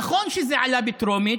נכון שזה עלה בטרומית,